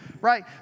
Right